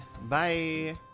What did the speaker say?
Bye